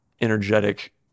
energetic